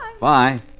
Bye